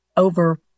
Over